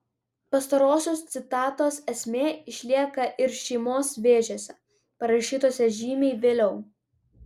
pastarosios citatos esmė išlieka ir šeimos vėžiuose parašytuose žymiai vėliau